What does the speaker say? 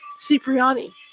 Cipriani